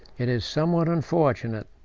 it is somewhat unfortunate,